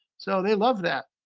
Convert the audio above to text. so they love that.